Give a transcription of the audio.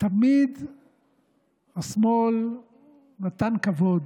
תמיד השמאל נתן כבוד